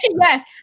yes